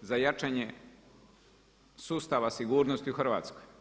za jačanje sustava sigurnosti u Hrvatskoj.